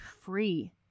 free